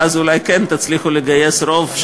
ואז אולי כן תצליחו לגייס רוב,